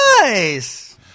nice